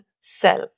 self